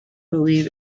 believe